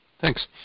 Thanks